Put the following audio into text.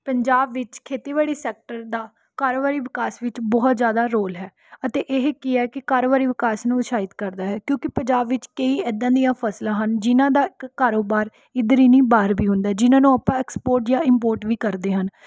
ਪੰਜਾਬ ਵਿੱਚ ਖੇਤੀਬਾੜੀ ਸੈਕਟਰ ਦਾ ਕਾਰੋਬਾਰੀ ਵਿਕਾਸ ਵਿੱਚ ਬਹੁਤ ਜ਼ਿਆਦਾ ਰੌਲ ਹੈ ਅਤੇ ਇਹ ਕੀ ਹੈ ਕਿ ਕਾਰੋਬਾਰੀ ਵਿਕਾਸ ਨੂੰ ਉਤਸ਼ਾਹਿਤ ਕਰਦਾ ਹੈ ਕਿਉਂਕਿ ਪੰਜਾਬ ਵਿੱਚ ਕਈ ਇੱਦਾਂ ਦੀਆਂ ਫ਼ਸਲਾਂ ਹਨ ਜਿਨ੍ਹਾਂ ਦਾ ਕ ਕਾਰੋਬਾਰ ਇੱਧਰ ਹੀ ਨਹੀਂ ਬਾਹਰ ਵੀ ਹੁੰਦਾ ਹੈ ਜਿਨ੍ਹਾਂ ਨੂੰ ਆਪਾਂ ਐਕਸਪੋਟ ਜਾਂ ਇੰਮਪੋਟ ਵੀ ਕਰਦੇ ਹਨ